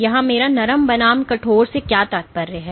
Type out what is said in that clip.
यहां मेरा नरम बनाम कठोर से क्या तात्पर्य है